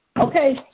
Okay